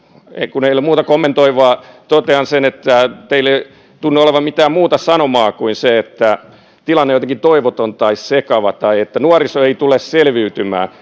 kun ei ole muuta kommentoitavaa totean sen että teillä ei tunnu olevan mitään muuta sanomaa kuin se että tilanne on jotenkin toivoton tai sekava tai että nuoriso ei tule selviytymään